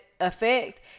effect